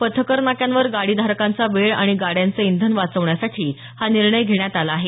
पथकर नाक्यांवर गाडी धारकांचा वेळ आणि गाड्यांचं इंधन वाचवण्यासाठी हा निर्णय घेण्यात आला आहे